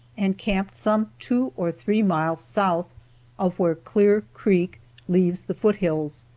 and camped some two or three miles south of where clear creek leaves the foot-hills.